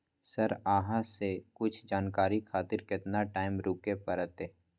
Sir अहाँ से कुछ जानकारी खातिर केतना टाईम रुके परतें?